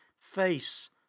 face